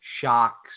shocks